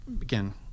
again